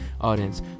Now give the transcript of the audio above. audience